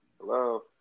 hello